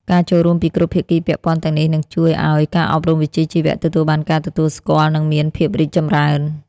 ការចូលរួមពីគ្រប់ភាគីពាក់ព័ន្ធទាំងនេះនឹងជួយឱ្យការអប់រំវិជ្ជាជីវៈទទួលបានការទទួលស្គាល់ និងមានភាពរីកចម្រើន។